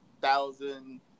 thousand